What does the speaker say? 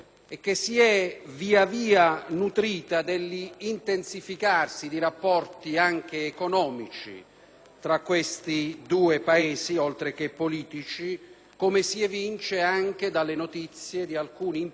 tra questi due Paesi, come si evince anche dalle notizie di alcuni importanti investimenti che sono intervenuti anche di recente nel nostro Paese.